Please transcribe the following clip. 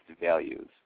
values